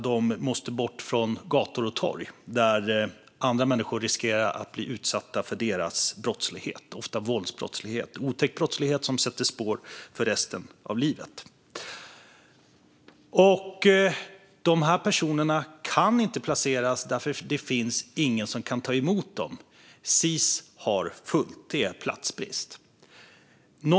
De måste bort från gator och torg, för annars riskerar andra människor bli utsatta för deras ofta våldsamma brottslighet, en otäck brottslighet som sätter spår för resten av livet. Men dessa personer kan inte placeras, för ingen kan ta emot dem. Sis har fullt; det är platsbrist.